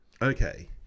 Okay